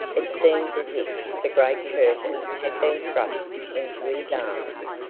it seemed as if the great curtain had been thrust into his arms,